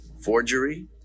Forgery